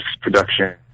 production